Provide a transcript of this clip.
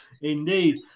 indeed